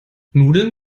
nudeln